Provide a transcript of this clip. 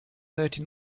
thirty